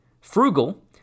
frugal